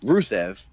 Rusev